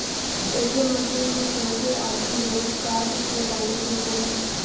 ATM machine में तोहके आपन डेबिट कार्ड को डालना होई